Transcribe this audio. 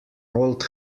old